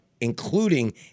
including